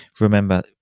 remember